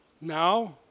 now